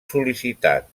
sol·licitat